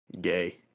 gay